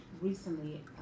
recently